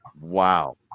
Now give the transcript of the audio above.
wow